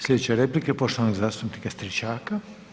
Slijedeća replika je poštovanog zastupnika Stričaka.